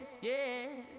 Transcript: yes